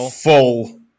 full